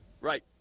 Right